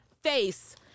face